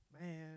man